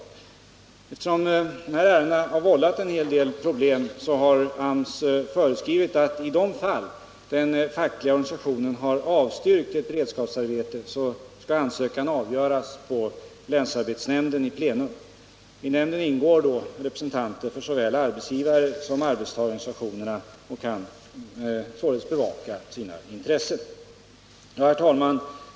Eftersom de här ärendena har vållat en hel del problem, har AMS föreskrivit att i de fall den fackliga organisationen har avstyrkt ett beredskapsarbete skall ansökan avgöras av länsarbetsnämnden i plenum. I nämnden ingår då representanter för såväl arbetsgivarsom arbetstagarorganisationerna, och de kan således bevaka sina intressen. Herr talman!